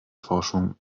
forschung